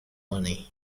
money